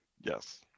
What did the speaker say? Yes